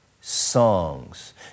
songs